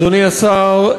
אדוני השר,